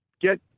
Get